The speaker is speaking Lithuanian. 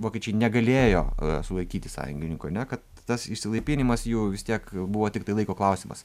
vokiečiai negalėjo sulaikyti sąjungininkų ane kad tas išsilaipinimas jų vis tiek buvo tiktai laiko klausimas